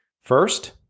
First